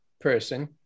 person